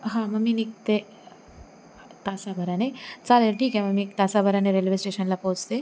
हां मग मी निघते तासाभराने चालेल ठीक आहे मग मी एक तासाभराने रेल्वे स्टेशनला पोहोचते